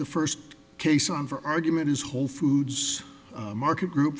the first case on for argument is whole foods market group